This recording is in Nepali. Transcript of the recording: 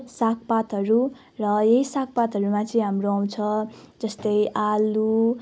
सागपातहरू र यही सागपातहरूमा चाहिँ हाम्रो आउँछ जस्तै आलु